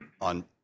on